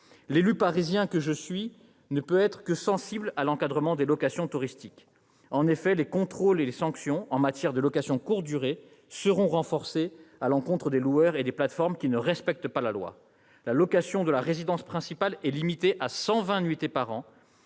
L'élu parisien que je suis ne peut qu'être sensible à l'encadrement des locations touristiques. En effet, les contrôles et les sanctions, en matière de location courte durée, seront renforcés à l'encontre des loueurs et des plateformes qui ne respectent pas la loi. La location de la résidence principale est limitée à 120 nuitées par an,